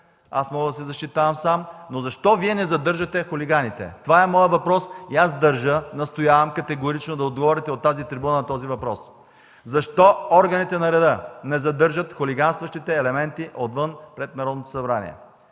аз мога да се защитавам сам, но защо Вие не задържате хулиганите?! Това е моят въпрос. Аз държа, настоявам категорично от тази трибуна да отговорите на този въпрос: защо органите на реда не задържат хулиганстващи елементи отвън, пред Народното събрание?